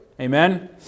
Amen